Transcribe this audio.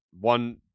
one